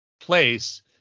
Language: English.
place